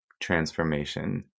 transformation